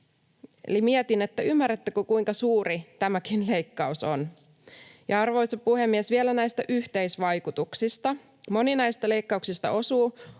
Eli mietin, ymmärrättekö, kuinka suuri tämäkin leikkaus on. Arvoisa puhemies! Vielä näistä yhteisvaikutuksista: Moni näistä leikkauksista osuu